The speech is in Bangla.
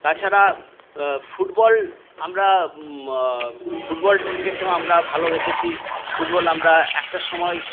তাছাড়া ফুটবল আমরা ফুটবলটাকে তো আমরা ভালোবেসেছি ফুটবল আমরা একটা সময়